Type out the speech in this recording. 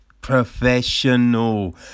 professional